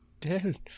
dead